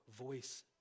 voice